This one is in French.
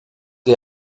des